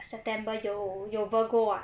september 有有 virgo [what]